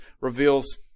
reveals